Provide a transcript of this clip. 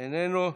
איננו,